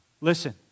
Listen